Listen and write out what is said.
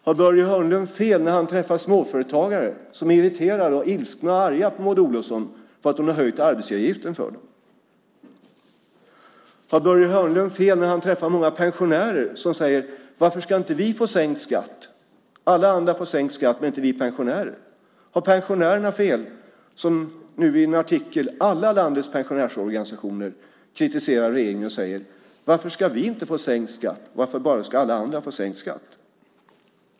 Har Börje Hörnlund fel när han träffar småföretagare som är irriterade och ilskna och arga på Maud Olofsson för att hon har höjt arbetsgivaravgiften för dem? Har Börje Hörnlund fel när han träffar många pensionärer som säger: Varför ska inte vi få sänkt skatt? Alla andra får sänkt skatt men inte vi pensionärer. Har pensionärerna fel? I en artikel kritiserar alla landets pensionärsorganisationer regeringen och säger: Varför ska inte vi få sänkt skatt? Varför ska bara alla andra få sänkt skatt?